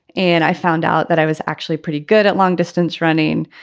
and i found out that i was actually pretty good at long distance running.